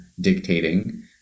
dictating